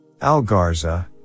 Algarza